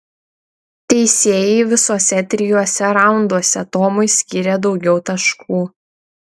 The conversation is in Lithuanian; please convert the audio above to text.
teisėjai visuose trijuose raunduose tomui skyrė daugiau taškų